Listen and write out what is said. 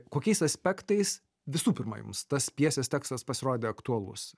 kokiais aspektais visų pirma jums tas pjesės tekstas pasirodė aktualus